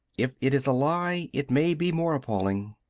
if it is a lie, it may be more appalling.